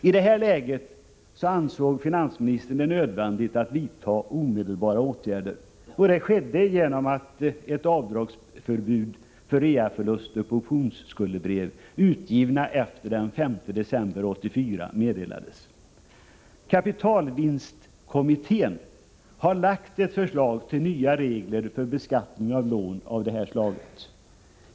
I det läget ansåg finansministern det nödvändigt att vidta omedelbara åtgärder, och det skedde genom att ett avdragsförbud meddelades för reaförluster på optionsskuldebrev, utgivna efter den 5 december 1984. Kapitalvinstkommittén har lagt fram ett förslag till nya regler för beskattning av lån av det här slaget.